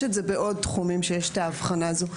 יש את זה בעוד תחומים, שיש את האבחנה הזו.